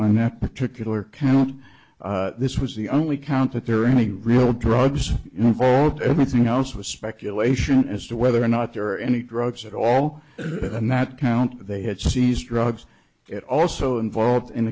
on that particular count this was the only count that there are any real drugs for everything else was speculation as to whether or not there are any drugs at all not count they had seized drugs it also involved in